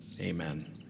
Amen